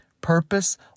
purpose